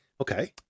Okay